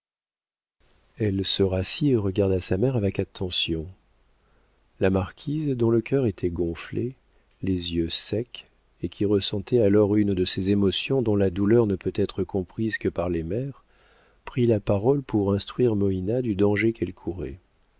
elle se rassit et regarda sa mère avec attention la marquise dont le cœur était gonflé les yeux secs et qui ressentait alors une de ces émotions dont la douleur ne peut être comprise que par les mères prit la parole pour instruire moïna du danger qu'elle courait